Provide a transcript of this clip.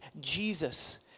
Jesus